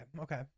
okay